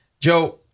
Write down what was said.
Joe